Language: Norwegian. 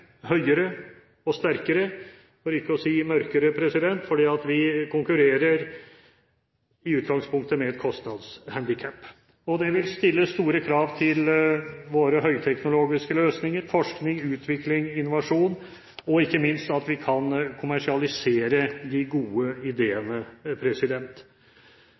høyere og sterkere – for ikke å si mørkere – for vi konkurrerer i utgangspunktet med et kostnadshandikap. Det vil stille store krav til våre høyteknologiske løsninger, forskning, utvikling, innovasjon, og ikke minst til kommersialisering av de gode ideene.